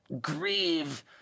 grieve